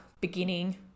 beginning